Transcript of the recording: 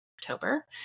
October